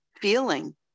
feeling